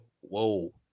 Whoa